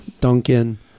duncan